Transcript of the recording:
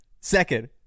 Second